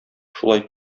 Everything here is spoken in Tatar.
шулай